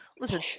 listen